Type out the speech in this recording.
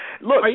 look